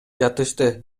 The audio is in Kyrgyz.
жатышты